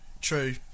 True